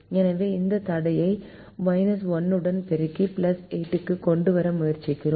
எனவே இந்த தடையை 1 உடன் பெருக்கி 8 க்கு கொண்டு வர முயற்சிக்கிறோம்